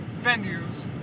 venues